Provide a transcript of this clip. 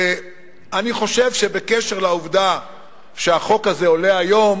ואני חושב שבקשר לעובדה שהחוק הזה עולה היום,